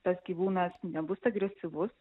tas gyvūnas nebus agresyvus